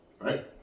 right